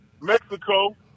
Mexico